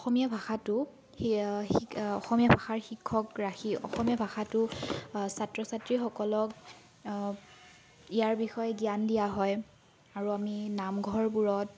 অসমীয়া ভাষাটো শি শি অসমীয়া ভাষাৰ শিক্ষক ৰাখি অসমীয়া ভাষাটো ছাত্ৰ ছাত্ৰীসকলক ইয়াৰ বিষয়ে জ্ঞান দিয়া হয় আৰু আমি নামঘৰবোৰত